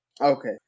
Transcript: Okay